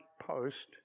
post